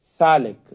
salik